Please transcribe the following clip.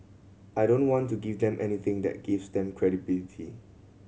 I don't want to give them anything that gives them credibility